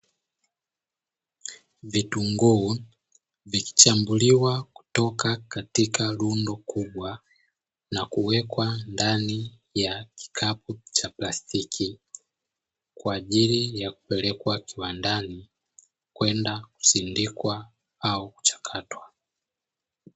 Vitunguu vikichambuliwa kutoka katika rundo kubwa na kuwekwa ndani ya kikapu cha plastiki, kwa ajili ya kupelekwa kiwandani kwenda kusindikwa au kuchakatwa.